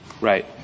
Right